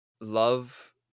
love